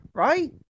right